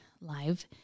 live